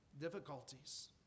difficulties